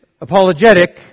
apologetic